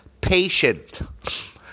patient